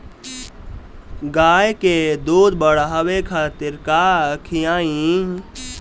गाय के दूध बढ़ावे खातिर का खियायिं?